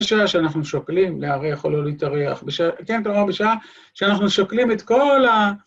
בשעה שאנחנו שוקלים להתארח או לא להתארח, כן, כלומר, בשעה שאנחנו שוקלים את כל ה...